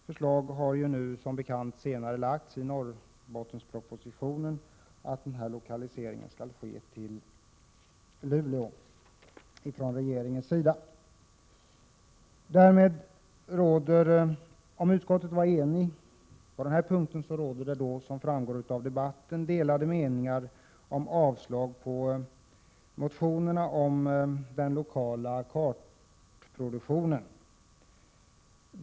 Förslag har som bekant senare framlagts i Norrbottenspropositionen om en lokalisering till Luleå av denna enhet. Om utskottet var enigt på denna punkt, råder det som har framgått av debatten delade meningar om att avstyrka att motionerna om den lokala kartproduktionen.